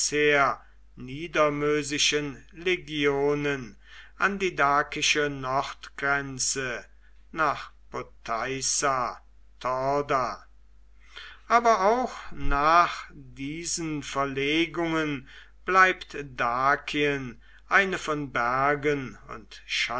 legionen an die dakische nordgrenze nach potaissa thorda aber auch nach diesen verlegungen bleibt dakien eine von bergen